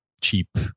cheap